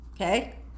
okay